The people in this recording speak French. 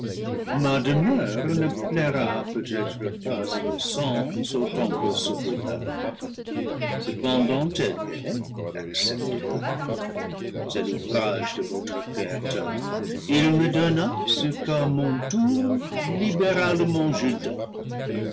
ne plaira peut-être pas à vos sens autant que ce beau paradis cepen dant telle qu'elle est acceptez la c'est l'ouvrage de votre créateur il me donna ce qu'à mon tour libéralement je donne